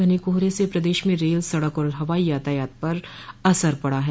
घने कोहरे से प्रदेश में रेल सड़क और हवाई यातायात पर असर पड़ा है